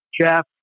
Jeff